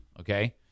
Okay